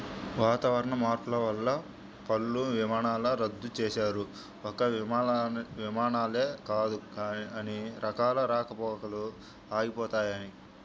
వాతావరణ మార్పులు వల్ల పలు విమానాలను రద్దు చేశారు, ఒక్క విమానాలే కాదు అన్ని రకాల రాకపోకలూ ఆగిపోయినయ్